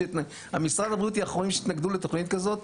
משרד הבריאות הם האחרונים שיתנגדו לתוכנית כזאת,